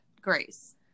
Grace